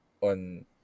on